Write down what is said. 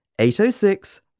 806